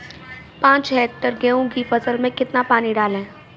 पाँच हेक्टेयर गेहूँ की फसल में कितना पानी डालें?